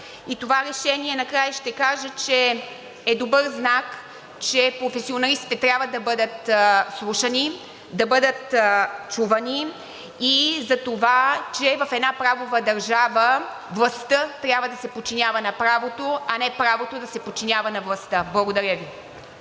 И това решение, накрая ще кажа, че е добър знак, че професионалистите трябва да бъдат слушани, да бъдат чувани и затова, че в една правова държава властта трябва да се подчинява на правото, а не правото да се подчинява на властта. Благодаря Ви.